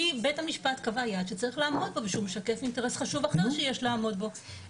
כי בית המשפט קבע יעד שצריך לעמוד בו